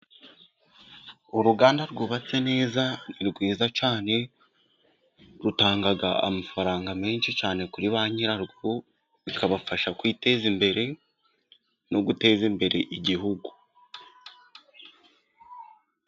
Uruganda rwubatse neza, ni rwiza cyane, rutanga amafaranga menshi cyane kuri ba nyirarwo, bikabafasha kwiteza imbere, no guteza imbere igihugu.